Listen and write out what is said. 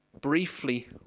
briefly